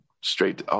straight